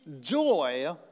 joy